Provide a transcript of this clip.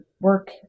work